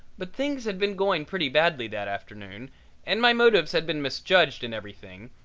but things had been going pretty badly that afternoon and my motives had been misjudged and everything,